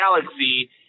Galaxy